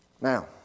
Now